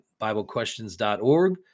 biblequestions.org